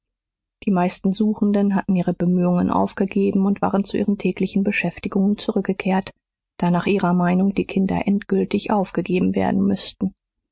die meisten suchenden hatten ihre bemühungen aufgegeben und waren zu ihren täglichen beschäftigungen zurückgekehrt da nach ihrer meinung die kinder endgültig aufgegeben werden müßten